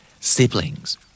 Siblings